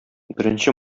беренче